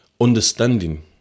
understanding